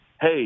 hey